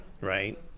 Right